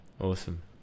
Awesome